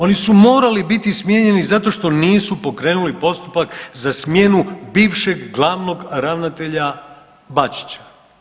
Oni su morali biti smijenjeni zato što nisu pokrenuli postupak za smjenu bivšeg glavnog ravnatelja Bačića.